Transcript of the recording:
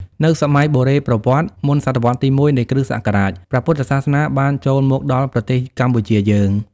នៅសម័យបុរេប្រវត្តិ មុនសតវត្សទី ១ នៃគ.ស. ព្រះពុទ្ធសាសនាបានចូលមក ដល់ប្រទេសកម្ពុជាយើង។